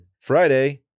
friday